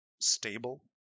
stable